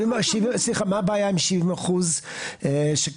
מה הבעיה עם ה-70%?